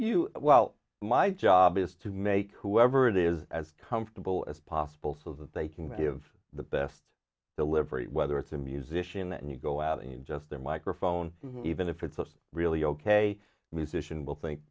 you well my job is to make whoever it is as comfortable as possible so that they can give the best delivery whether it's a musician and you go out and just a microphone even if it's a really ok musician will think